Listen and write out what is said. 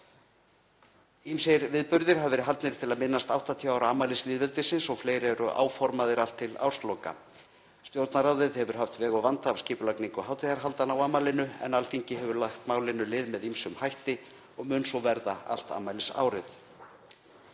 Ýmsir viðburðir hafa verið haldnir til að minnast 80 ára afmælis lýðveldisins og fleiri eru áformaðir allt til ársloka. Stjórnarráðið hefur haft veg og vanda af skipulagningu hátíðarhalda á afmælinu en Alþingi hefur lagt þessu máli lið með ýmsum hætti og mun svo verða allt afmælisárið.